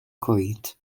coed